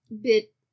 bit